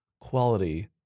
quality